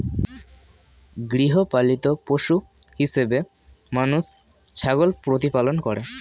গৃহপালিত পশু হিসেবে মানুষ ছাগল প্রতিপালন করে